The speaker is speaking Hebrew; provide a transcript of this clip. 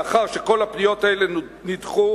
לאחר שכל הפניות האלה נדחו,